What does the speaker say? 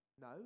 No